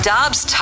Dobbs